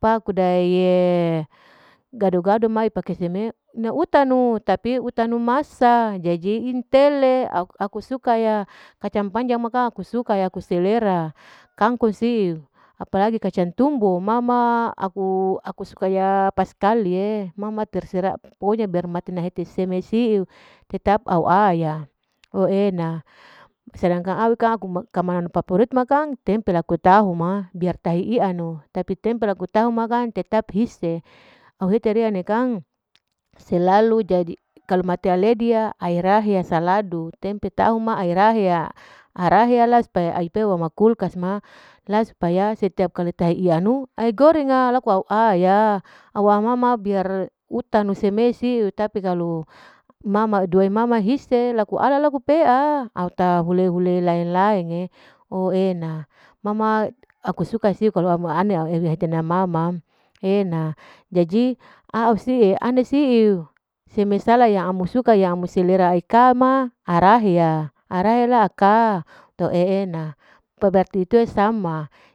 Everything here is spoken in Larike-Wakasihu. pa kuda gado-gado ma pake seme ina utanu tapi utanu masa jadi intele, au-aku suka ya kacang panjang ma kang aku suka ya aku selera, kangkung siu apalagi kacang tumbu ma ma, aku- akusuka yaa paskali'e, ma ma terserah pokonya biar mate nahete seme siyu tetap au a'aya, oo e'ena sedangkan awi kang makanan terfaforit makang tempe laku tahu ma, biar taha iyanu tapi tempe laku tahu makang tetap hise, au hete ariya ne kang, lalu jadi kalu mete aledi ya aerahe ya saladu, tempe tahu ma aeraheya, aeraheya la supaya ai peu ama kulkas ma, la supaya setiap kali tahe iyanu, ai goreng'a laku au a'ya, au a'ma-ma biar utanu seme siu tapi kalu ma ma due ma ma hise laku alala laku pea, au taha ule-ule lain-lain'e, oo e'ena ma ma aku suka siu kalu ane mehetena ma ma e'ena jadi a'au si ane siu, seme sala yang amu suka yang amu selera ika ma araheya, araheya la aka ete e'ena, peberti tu sama.